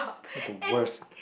you are the worst